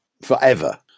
forever